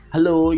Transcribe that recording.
Hello